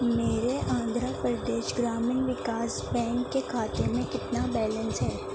میرے آندھرا پردیش گرامین وِکاس بینک کے کھاتے میں کتنا بیلنس ہے